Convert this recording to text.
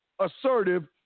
assertive